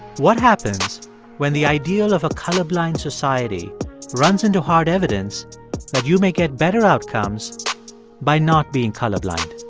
what happens when the ideal of a colorblind society runs into hard evidence that you may get better outcomes by not being colorblind?